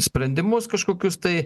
sprendimus kažkokius tai